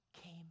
came